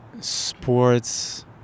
sports